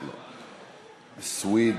סויד,